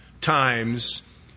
times